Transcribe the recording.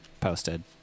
posted